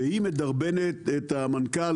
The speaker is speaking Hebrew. והיא מדרבנת את המנכ"ל,